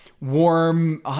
warm